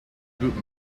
group